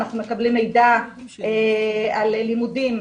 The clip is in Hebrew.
אנחנו מקבלים מידע על לימודים,